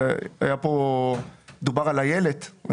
דובר על אילת.